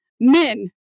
men